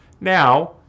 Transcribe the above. Now